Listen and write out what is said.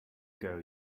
ago